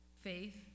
Faith